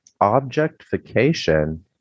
objectification